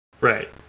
Right